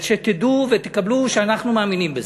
ושתדעו ותקבלו שאנחנו מאמינים בזה.